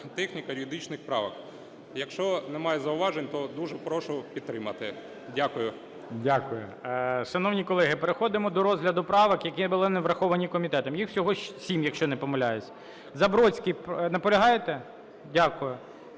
техніко-юридичних правок. Якщо немає зауважень, то дуже прошу підтримати. Дякую. ГОЛОВУЮЧИЙ. Дякую. Шановні колеги, переходимо до розгляду правок, які були не враховані комітетом. Їх всього сім, якщо не помиляюсь. Забродський, наполягаєте? Дякую.